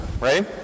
right